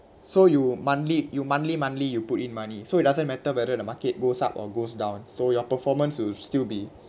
so you monthly you monthly monthly you put in money so it doesn't matter whether the market goes up or goes down so your performance would still be